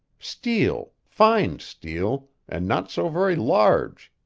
steel fine steel, and not so very large,